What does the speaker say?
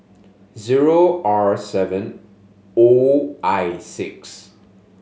zero R seven O I six